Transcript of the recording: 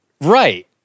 Right